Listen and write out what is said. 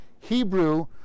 hebrew